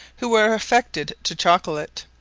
who are affected to chocolate.